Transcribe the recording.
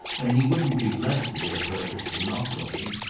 and he wouldn't be less to their purpose for not looking,